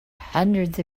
hundreds